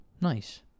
Nice